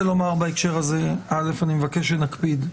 אני מבקש שנקפיד.